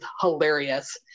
hilarious